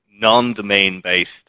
non-domain-based